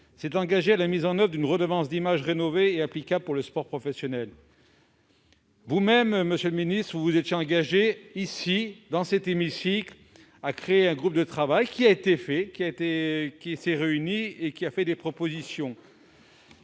s'est engagé à mettre en oeuvre une redevance d'image rénovée et applicable pour le sport professionnel. Vous-même, monsieur le ministre, vous étiez engagé, ici, dans cet hémicycle, à créer un groupe de travail. Ce groupe, qui a bien été constitué, a émis des propositions.